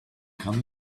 come